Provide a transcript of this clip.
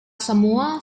semua